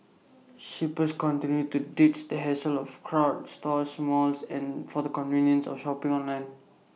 shoppers continue to ditch the hassle of crowded stores malls and for the convenience of shopping online